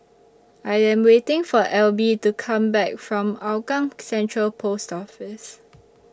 I Am waiting For Alby to Come Back from Hougang Central Post Office